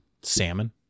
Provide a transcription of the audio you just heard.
salmon